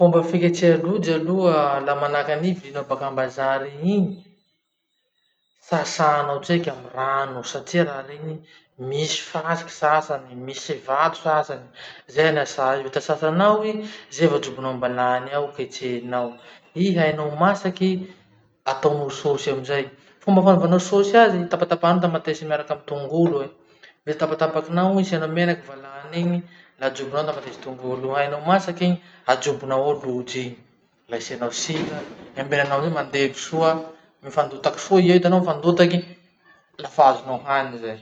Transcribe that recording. Fomba fiketreha lojy aloha laha manahaky an'iny vidinao baka ambazary eny iny, sasanao tseky amy rano satria raha reny misy fasiky sasany misy vato sasany, zay anasà io. Vita sasanao i, zay vo ajobonao ambalany ao ketrehinao. I hainao masaky i, ataonao sôsy amizay. Fomba fanaovanao sôsy azy, tapatapahinao tamatesy miaraky amy tongolo e. Laha tapatapakinao iny asianao menaky valany iny, la ajobonao ao tamatesy tongolo iny. Hainao masaky iny, ajobonao ao lojy iny, la asianao sira, le embenanao eo mandevy soa, mifandotaky soa i eo, hitanao mifandotaky, lafa azonao hany zay.